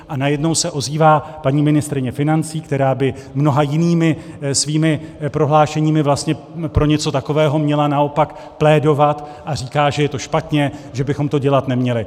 A najednou se ozývá paní ministryně financí, která by mnoha jinými svými prohlášeními vlastně pro něco takového naopak měla plédovat, a říká, že je to špatně, že bychom to dělat neměli.